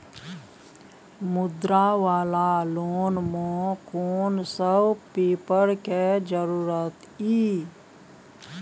मुद्रा वाला लोन म कोन सब पेपर के जरूरत इ?